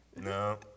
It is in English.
No